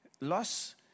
Loss